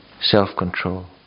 self-control